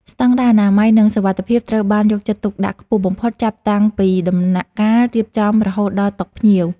ស្តង់ដារអនាម័យនិងសុវត្ថិភាពត្រូវបានយកចិត្តទុកដាក់ខ្ពស់បំផុតចាប់តាំងពីដំណាក់កាលរៀបចំរហូតដល់តុភ្ញៀវ។